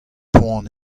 poan